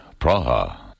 Praha